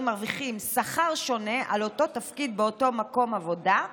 מרוויחים שכר שונה על אותו תפקיד באותו מקום עבודה,